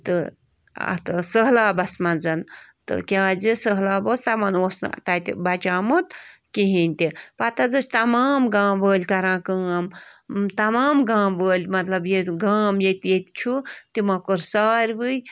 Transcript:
تہٕ اَتھ سہلابَس منٛز تہٕ کیٛازِ سہلاب اوس تِمَن اوس نہٕ تَتہِ بچومُت کِہیٖنۍ تہِ پَتہٕ حظ ٲسۍ تمام گامہٕ وٲلۍ کران کٲم تمام گامہٕ وٲلۍ مطلب ییٚتہِ گام ییٚتہِ ییٚتہِ چھُ تِمو کٔر سارِوٕے